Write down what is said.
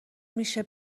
میشه